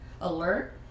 alert